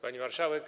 Pani Marszałek!